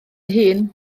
hun